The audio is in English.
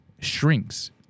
shrinks